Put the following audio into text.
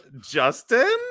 Justin